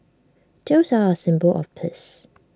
doves are A symbol of peace